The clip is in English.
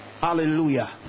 Hallelujah